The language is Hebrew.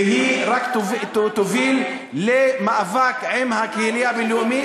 והיא תוביל רק למאבק עם הקהילה הבין-לאומית,